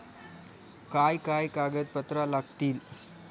काय काय कागदपत्रा लागतील?